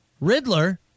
Riddler